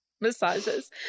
massages